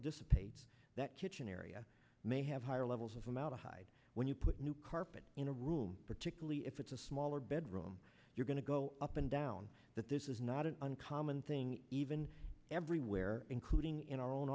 dissipates that kitchen area may have higher levels of formaldehyde when you put new carpet in a room particularly if it's a smaller bedroom you're going to go up and down that this is not an uncommon thing even everywhere including in our own